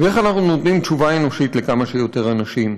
ואיך אנחנו נותנים תשובה אנושית לכמה שיותר אנשים.